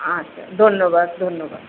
আচ্ছা ধন্যবাদ ধন্যবাদ